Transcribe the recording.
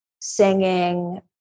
singing